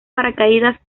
paracaídas